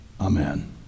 Amen